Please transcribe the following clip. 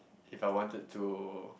if I wanted to